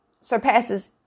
surpasses